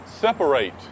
Separate